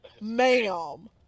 ma'am